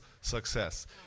success